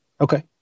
okay